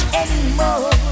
anymore